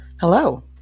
Hello